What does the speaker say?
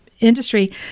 industry